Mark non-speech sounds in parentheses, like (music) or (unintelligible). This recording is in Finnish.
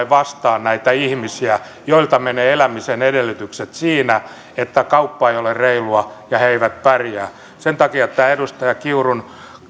(unintelligible) vastaan näitä ihmisiä joilta menevät elämisen edellytykset siinä että kauppa ei ole reilua ja he eivät pärjää sen takia tämä edustaja kiurun